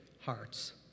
hearts